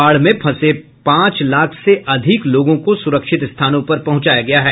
बाढ़ में फंसे पांच लाख से अधिक लोगों को सुरक्षित स्थानों पर पहुंचाया गया है